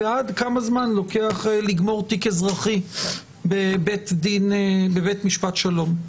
ועד כמה זמן לוקח לגמור תיק אזרחי בבית משפט שלום,